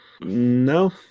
No